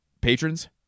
Patrons